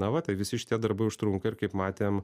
na va tai visi šitie darbai užtrunka ir kaip matėm